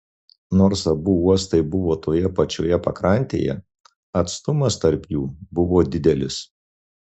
nors abu uostai buvo toje pačioje pakrantėje atstumas tarp jų buvo didelis